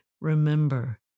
remember